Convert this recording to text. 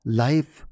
life